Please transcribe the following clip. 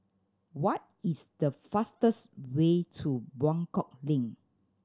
what is the fastest way to Buangkok Link